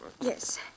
Yes